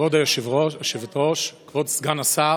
כבוד היושבת-ראש, כבוד סגן השר,